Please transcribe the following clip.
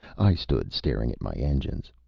i stood staring at my engines.